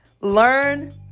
learn